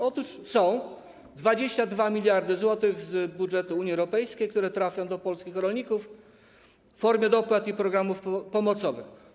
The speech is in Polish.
Otóż są 22 mld zł z budżetu Unii Europejskiej, które trafią do polskich rolników w formie dopłat i programów pomocowych.